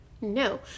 no